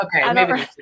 Okay